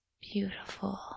beautiful